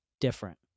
different